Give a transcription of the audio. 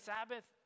Sabbath